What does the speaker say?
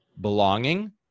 belonging